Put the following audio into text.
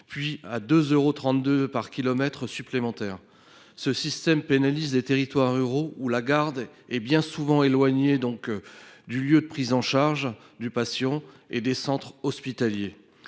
rétribué 2,32 euros : ce système pénalise les territoires ruraux, où la garde est bien souvent éloignée du lieu de prise en charge du patient et des centres hospitaliers.